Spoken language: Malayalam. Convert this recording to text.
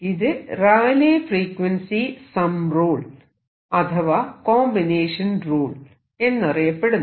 ഇത് റാലെയ് ഫ്രീക്വൻസി സം റൂൾ അഥവാ combination rule Rayleigh frequency sum rule combination rule എന്നറിയപ്പെടുന്നു